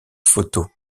photos